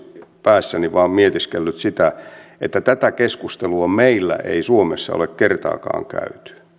päässäni vain mietiskellyt siten että tätä keskustelua meillä ei suomessa ole kertaakaan käyty